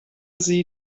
sie